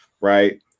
right